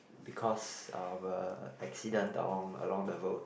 because of a accident along along the road